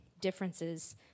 differences